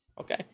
Okay